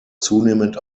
zunehmend